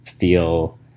feel